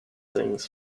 things